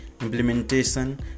implementation